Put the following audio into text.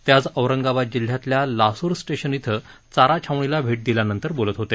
ते आज औरंगाबाद जिल्ह्यातील लासूर स्टेशन इथं चारा छावणीला भेट दिल्यानंतर बोलत होते